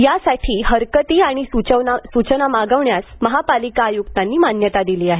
त्यासाठी हरकती सूचना मागवण्यास महापालिका आयुक्तांनी मान्यता दिली आहे